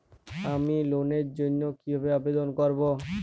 আমি লোনের জন্য কিভাবে আবেদন করব?